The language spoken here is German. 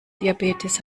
diabetes